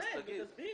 תסביר.